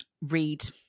read